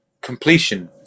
completion